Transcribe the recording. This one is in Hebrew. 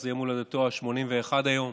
זהו יום הולדתו ה-81 היום,